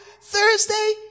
Thursday